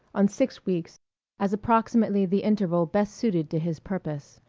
on six weeks as approximately the interval best suited to his purpose,